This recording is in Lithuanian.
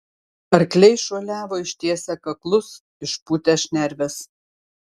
arkliai šuoliavo ištiesę kaklus išpūtę šnerves